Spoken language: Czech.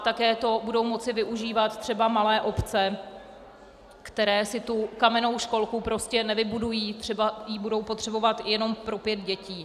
Také to budou moci využívat třeba malé obce, které si tu kamennou školku prostě nevybudují třeba ji budou potřebovat jenom pro pět dětí.